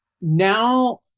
now